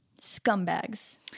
Scumbags